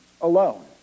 alone